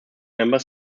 member